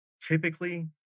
typically